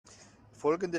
folgende